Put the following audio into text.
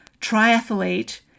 triathlete